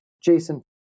Jason